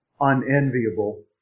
unenviable